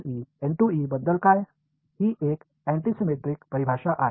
ही एक antisymmetric परिभाषा आहे